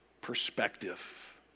perspective